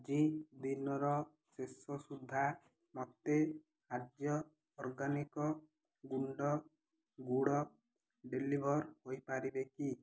ଆଜି ଦିନର ଶେଷ ସୁଦ୍ଧା ମୋତେ ଆର୍ୟ ଅର୍ଗାନିକ୍ ଗୁଣ୍ଡ ଗୁଡ଼ ଡେଲିଭର୍ ହୋଇପାରିବ କି